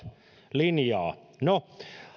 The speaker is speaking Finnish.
linjaa no